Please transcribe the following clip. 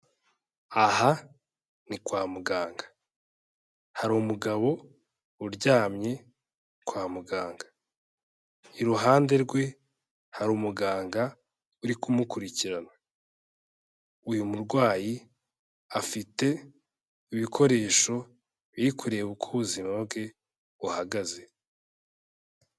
Aha ni kwa muganga hari umugabo uryamye kwa muganga, iruhande rwe hari umuganga uri kumukurikirana, uyu murwayi afite ibikoresho biri kureba uko ubuzima bwe buhagaze.